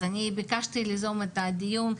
אז אני ביקשתי ליזום את הדיון,